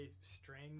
string